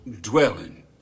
dwelling